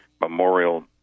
Memorial